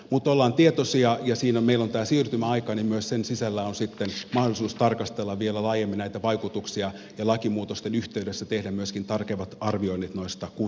mutta olemme siitä tietoisia ja koska meillä on tämä siirtymäaika myös sen sisällä on sitten mahdollisuus tarkastella vielä laajemmin näitä vaikutuksia ja lakimuutosten yhteydessä tehdä myöskin tarkemmat arvioinnit noista kustannuksista